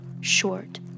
short